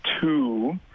two